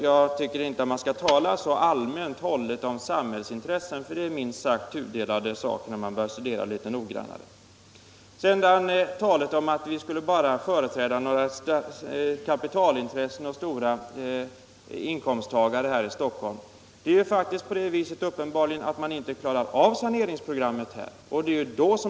Jag tycker inte att man skall tala så allmänt om samhällsintressen. Om man börjar studera det hela noggrant finner man att intressena är minst sagt tudelade. Det sägs att vi bara skulle företräda vissa kapitalintressen och höginkomsttagare här i Stockholm. Det är faktiskt uppenbarligen så att man inte klarat av saneringsprogrammet.